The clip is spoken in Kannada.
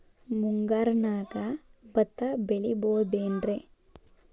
ಮುಂಗಾರಿನ್ಯಾಗ ಭತ್ತ ಬೆಳಿಬೊದೇನ್ರೇ?